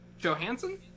johansson